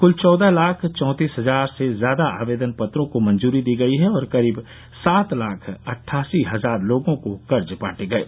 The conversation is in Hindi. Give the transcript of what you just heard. कुल चौदह लाख चौंतीस हजार से ज्यादा आवेदन पत्रों को मंजूरी दी गई और करीब सात लाख अट्ठासी हजार लोगों को कर्ज बांटे गये